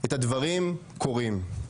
את הדברים קורים.